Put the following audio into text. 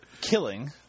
killing